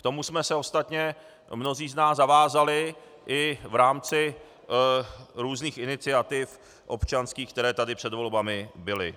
K tomu jsme se ostatně mnozí z nás zavázali i v rámci různých iniciativ občanských, které tady před volbami byly.